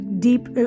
deep